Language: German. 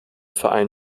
verein